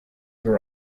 were